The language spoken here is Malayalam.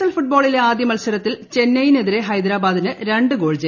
എൽ ഫുട്ബോളിലെ ആദ്യ മത്സരത്തിൽ ചെന്നൈയിനെതിരെ ഹൈദരാബാദിന് രണ്ടു ഗോൾ ജയം